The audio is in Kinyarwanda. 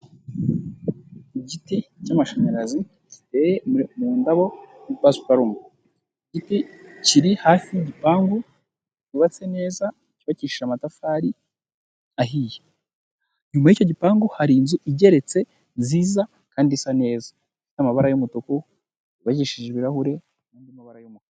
Igiti cy'amashanyarazi, giteye mu ndabo za pasiparume. Igiti kiri hafi y'igipangu, cyubatse neza, cyubakishije amatafari ahiye. Nyuma y'icyo gipangu hari inzu igeretse nziza kandi isa neza. Iri mu mabara y'umutuku, ikingishije ibirahure n'andi mabara y'umukara.